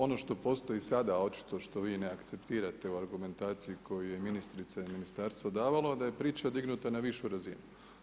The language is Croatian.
Ono što postoji sada, očito što vi ne akceptirate u argumentaciji koju je ministrica i ministarstvo davalo, da je priča dignuta na višu razinu.